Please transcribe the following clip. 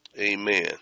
Amen